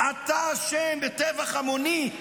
אתה אשם בטבח המוני,